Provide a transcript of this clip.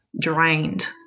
drained